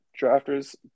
drafters